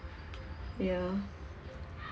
ya